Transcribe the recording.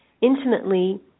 intimately